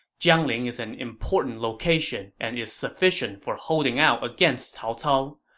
jiangling is an important location and is sufficient for holding out against cao cao.